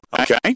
Okay